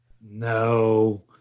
No